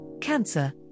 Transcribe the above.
Cancer